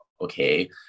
Okay